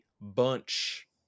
bunch